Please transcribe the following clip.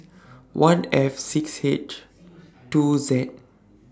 one F six H two Z